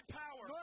power